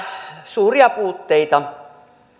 suuria puutteita